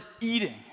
eating